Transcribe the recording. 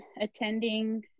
attending